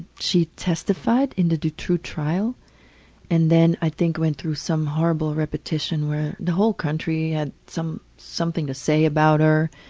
she testified in the dutroux trial and then i think went through some horrible repetition where the whole country had something to say about her,